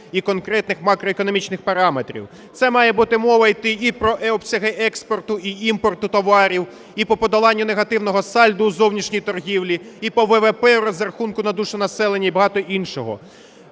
і конкретних макроекономічних параметрів. Це має мова йти і про обсяги експорту і імпорту товарів, і по подоланню негативного сальдо у зовнішній торгівлі, і по ВВП в розрахунку на душу населення, і багато іншого.